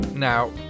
Now